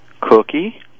Cookie